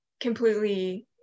completely